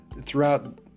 throughout